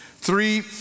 Three